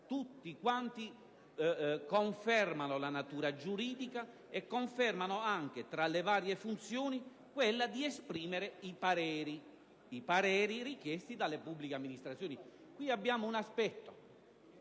Tutti quanti confermano la natura giuridica e confermano anche, tra le varie funzioni, quella di esprimere i pareri richiesti dalle pubbliche amministrazioni. Qui abbiamo un aspetto